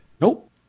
Nope